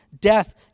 death